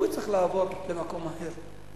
והוא יצטרך לעבור למקום אחר?